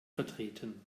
vertreten